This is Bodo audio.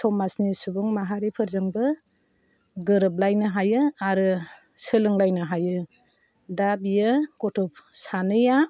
समाजनि सुबुं माहारिफोरजोंबो गोरोबलायनो हायो आरो सोलोंलायनो हायो दा बियो गथ' सानैया